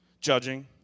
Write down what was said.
judging